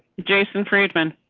jason afraid but